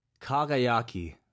Kagayaki